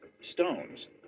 stones